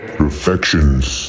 Perfections